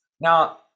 Now